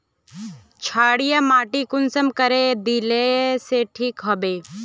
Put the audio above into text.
क्षारीय माटी कुंसम करे या दिले से ठीक हैबे?